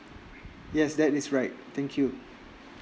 yes that is right thank you